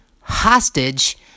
hostage